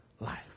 life